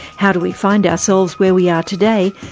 how do we find ourselves where we are today,